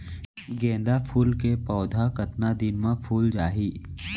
गेंदा फूल के पौधा कतका दिन मा फुल जाही?